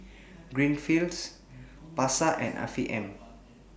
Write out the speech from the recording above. Greenfields Pasar and Afiq M